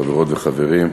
חברות וחברים,